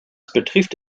betrifft